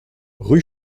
rue